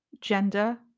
gender